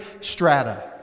strata